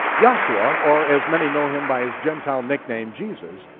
yahshua, or as many know him by his gentile nickname jesus,